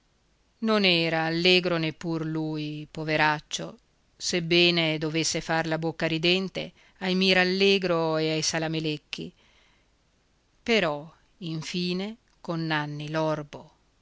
non era allegro neppur lui poveraccio sebbene dovesse far la bocca ridente ai mirallegro e ai salamelecchi però infine con nanni l'orbo più